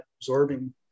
absorbing